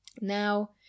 Now